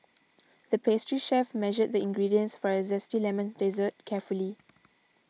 the pastry chef measured the ingredients for a Zesty Lemon Dessert carefully